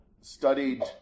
studied